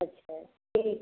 अच्छा ठीक